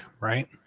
right